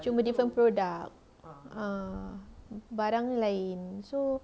cuma different product ah barang lain so